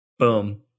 Boom